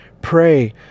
pray